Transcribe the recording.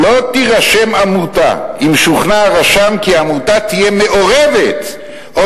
"לא תירשם עמותה אם שוכנע הרשם כי העמותה תהיה מעורבת או